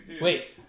Wait